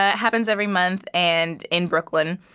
ah happens every month and in brooklyn.